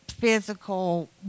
physical